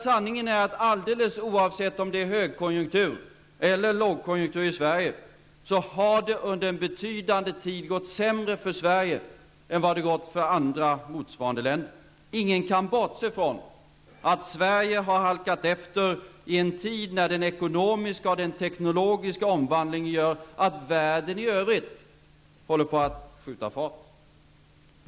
Sanningen är att det, alldeles oavsett om det är högkonjunktur eller lågkonjunktur i Sverige, under en betydande tid har gått sämre för Sverige än för andra motsvarande länder. Ingen kan bortse från att Sverige har halkat efter i en tid när den ekonomiska och teknologiska omvandlingen gör att ekonomin i världen i övrigt håller på att skjuta fart.